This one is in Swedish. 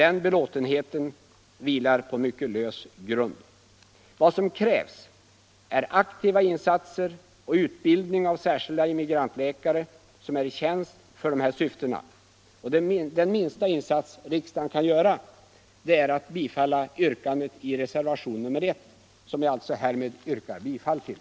vilar därför på mycket lös grund. Vad som krävs är aktiva insatser och utbildning av särskilda immigrantläkare som är i tjänst för dessa syften. Den minsta insats riksdagen kan göra är att bifalla reservation nr I, som jag alltså härmed yrkar bifall till.